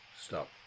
stop